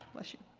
bless you.